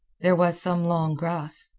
there was some long grass.